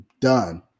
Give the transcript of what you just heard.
done